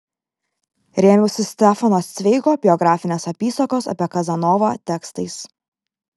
rėmiausi stefano cveigo biografinės apysakos apie kazanovą tekstais